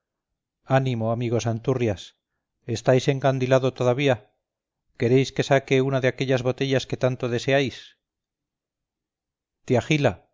ánimo amigo santurrias estáis encandilado todavía queréis que saque una de aquellas botellas que tanto deseáis tía gila